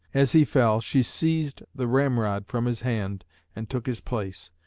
as he fell, she seized the ramrod from his hand and took his place.